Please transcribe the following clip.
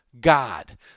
god